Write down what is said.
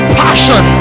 passion